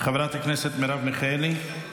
חברת הכנסת מרב מיכאלי,